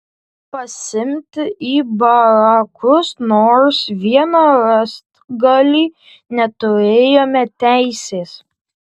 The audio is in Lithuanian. pasiimti į barakus nors vieną rąstgalį neturėjome teisės